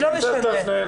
לא משנה.